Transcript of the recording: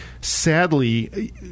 Sadly